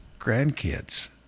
grandkids